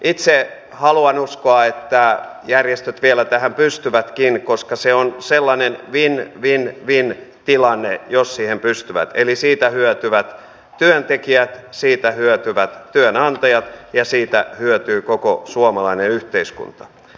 itse haluan uskoa että järjestöt vielä tähän pystyvätkin koska se on sellainen win win wintilanne jos ne siihen pystyvät eli siitä hyötyvät työntekijät siitä hyötyvät työnantajat ja siitä hyötyy koko suomalainen yhteiskunta